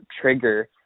trigger